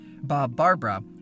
Bob-Barbara